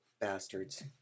bastards